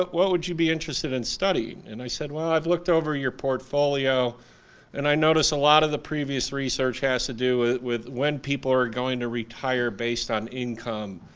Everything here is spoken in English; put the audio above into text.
but what would you be interested in studying? and i said, well, i've looked over your portfolio and i noticed a lot of the previous research has to do with with when people are going to retire based on income,